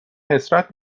حسرت